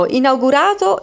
inaugurato